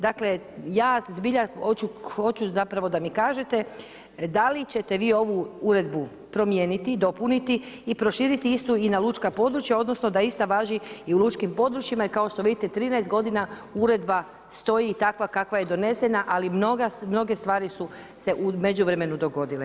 Dakle ja zbilja hoću zapravo da mi kažete da li ćete vi ovu uredbu promijeniti, dopuniti i proširiti istu i na lučka područja odnosno da ista važi i u lučkim područjima i kao što vidite, 13 godina uredba stoji takva kakva je donesena ali mnoge stvari su se u međuvremenu dogodile.